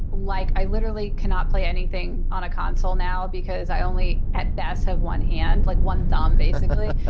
like i literally cannot play anything on a console now because i only, at best have one hand. like one thumb, basically.